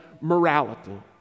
morality